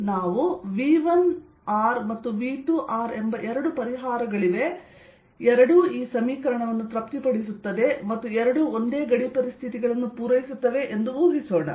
ನಾವು V1 ಮತ್ತು V2 ಎಂಬ ಎರಡು ಪರಿಹಾರಗಳಿವೆ ಎರಡೂ ಈ ಸಮೀಕರಣವನ್ನು ತೃಪ್ತಿಪಡಿಸುತ್ತದೆ ಮತ್ತು ಎರಡೂ ಒಂದೇ ಗಡಿ ಪರಿಸ್ಥಿತಿಗಳನ್ನು ಪೂರೈಸುತ್ತವೆ ಎಂದು ಊಹಿಸೋಣ